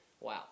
wow